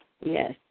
yes